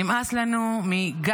נמאס לנו מגלי,